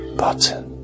button